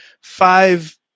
five